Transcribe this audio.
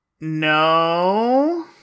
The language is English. no